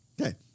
Okay